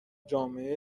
جامعه